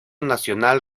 nacional